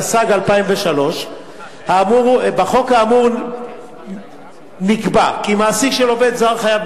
התשס"ג 2003. בחוק האמור נקבע כי מעסיק של עובד זר חייב